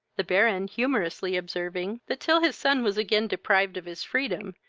the baron humourously observing, that, till his son was again deprived of his freedom,